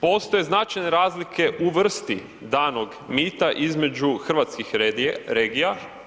Postoje značajne razlike u vrsti danog mita između hrvatskih regija.